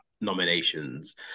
nominations